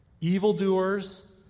evildoers